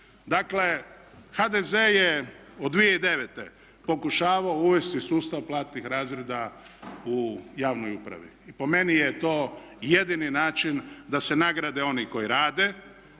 Dakle, HDZ je od 2009. pokušavao uvesti sustav platnih razreda u javnoj upravi i po meni je to jedini način da se nagrade oni koji rade,